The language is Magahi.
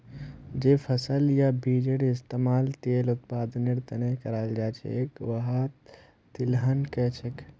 जे फसल या बीजेर इस्तमाल तेल उत्पादनेर त न कराल जा छेक वहाक तिलहन कह छेक